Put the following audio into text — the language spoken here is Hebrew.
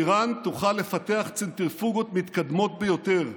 איראן תוכל לפתח צנטריפוגות מתקדמות ביותר,